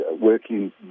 working